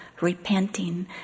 Repenting